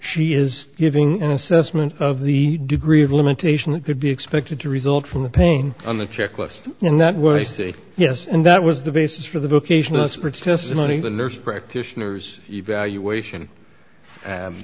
assessment of the degree of lamentation that could be expected to result from the pain on the checklist in that what i see yes and that was the basis for the vocational sports testimony the nurse practitioners evaluation